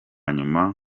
nyuma